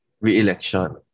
re-election